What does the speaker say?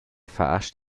verarscht